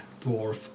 dwarf